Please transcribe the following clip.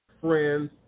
friends